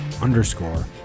underscore